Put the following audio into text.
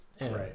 right